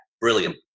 brilliant